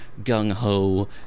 gung-ho